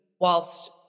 Whilst